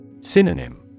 Synonym